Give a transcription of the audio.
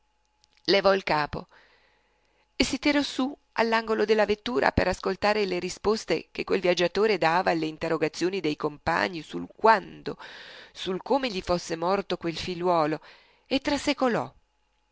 levò il capo si tirò su dall'angolo della vettura ad ascoltare le risposte che quel viaggiatore dava alle interrogazioni dei compagni sul quando sul come gli fosse morto quel figliuolo e